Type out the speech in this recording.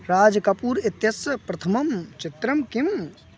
राजकपूर् इत्यस्य प्रथमं चित्रं किम्